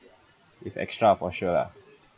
if extra for sure lah